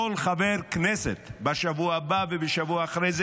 כל חבר כנסת בשבוע הבא ובשבוע אחרי זה